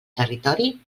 territori